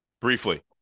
Briefly